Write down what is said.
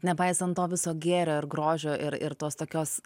nepaisant to viso gėrio ir grožio ir ir tos tokios